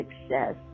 success